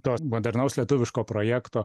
to modernaus lietuviško projekto